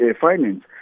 finance